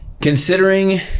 considering